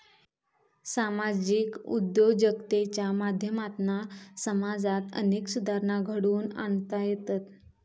सामाजिक उद्योजकतेच्या माध्यमातना समाजात अनेक सुधारणा घडवुन आणता येतत